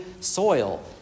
soil